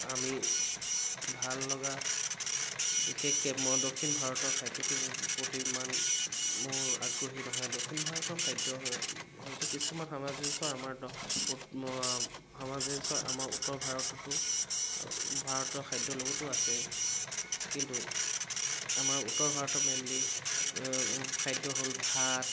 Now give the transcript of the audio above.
আমি ভাল লগা বিশেষকে মই দক্ষিণ ভাৰতৰ খাদ্যটোৰ প্ৰতি ইমান মোৰ আগ্ৰহী নহয় দক্ষিণ ভাৰতৰ খাদ্য হয় হয়তো কিছুমান সামঞ্জস্য আমাৰ দ সামঞ্জস্য আমাৰ উত্তৰ ভাৰততো ভাৰতৰ খাদ্যৰ লগতো আছে কিন্তু আমাৰ উত্তৰ ভাৰতৰ মেইনলি খাদ্য হ'ল ভাত